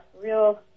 real